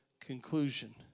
conclusion